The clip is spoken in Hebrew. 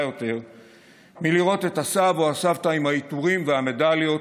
יותר מלראות את הסב או הסבתא עם העיטורים והמדליות